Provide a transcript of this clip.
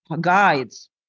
guides